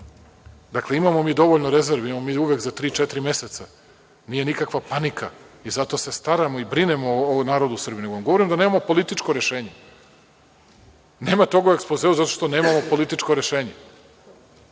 nemamo. Dakle, imamo mi dovoljno rezervi, imamo mi uvek za tri, četiri meseca, nije nikakva panika i zato se staramo i brinemo o narodu u Srbiji. Nego vam govorim da nemamo političko rešenje. Nema toga u ekspozeu zato što nemamo političko rešenje.